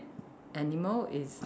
animal is